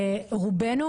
רובנו,